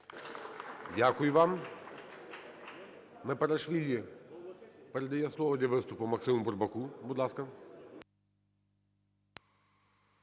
Дякую вам. Мепарішвілі передає слово для виступу Максиму Бурбаку. Будь ласка.